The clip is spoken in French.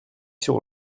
sur